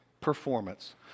performance